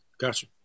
Gotcha